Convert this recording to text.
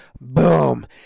boom